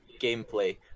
gameplay